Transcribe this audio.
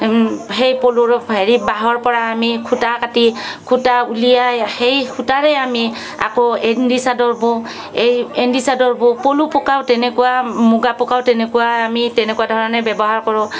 সেই পলুৰ হেৰি বাঁহৰ পৰা আমি সূঁতা কাটি সূতা উলিয়াই সেই সূতাৰে আমি আকৌ এণ্ডি চাদৰ বওঁ এই এণ্ডি চাদৰ বওঁ পলু পকাও তেনেকুৱা মুগা পকাও তেনেকুৱা আমি তেনেকুৱা ধৰণে ব্যৱহাৰ কৰোঁ